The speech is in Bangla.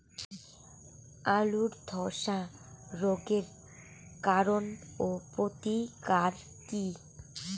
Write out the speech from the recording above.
আলুর ধসা রোগের কারণ ও প্রতিকার কি?